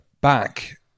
Back